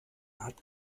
hat